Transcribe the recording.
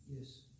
Yes